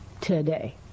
today